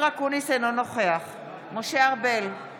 אני קובע